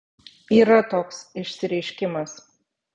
yra toks išsireiškimas